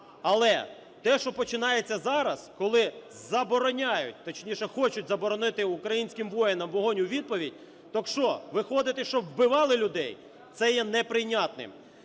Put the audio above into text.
Але те, що починається зараз, коли забороняють, точніше хочуть заборонити українським воїнам вогонь у відповідь… Так що, виходити, щоб вбивали людей?! Це є неприйнятним.